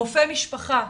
רופא משפחה,